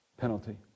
penalty